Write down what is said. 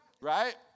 right